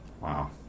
Wow